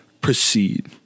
proceed